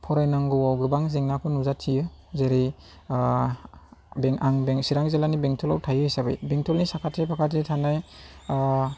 फरायनांगौआव गोबां जेंनाफोर नुजाथियो जेरै आं चिरां जिल्लानि बेंथलाव थायो हिसाबै बेंथलनि साखाथि फाखाथियाव थानाय